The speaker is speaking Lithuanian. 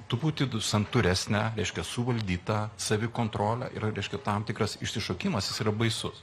truputį santūresnė reiškia suvaldyta savikontrolė yra reiškia tam tikras išsišokimas jis yra baisus